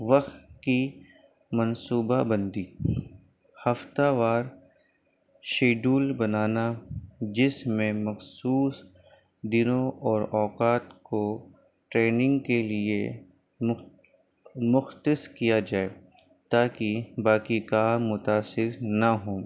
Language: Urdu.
وقت کی منصوبہ بندی ہفتہ وار شیڈیول بنانا جس میں مخصوص دنوں اور اوقات کو ٹریننگ کے لیے مختص کیا جائے تاکہ باقی کام متاثر نہ ہوں